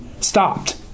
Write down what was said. stopped